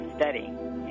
studying